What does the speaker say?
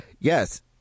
Yes